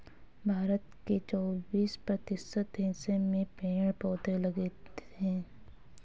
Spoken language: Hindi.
भारत के चौबिस प्रतिशत हिस्से में पेड़ पौधे लगे हैं